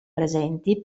presenti